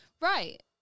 Right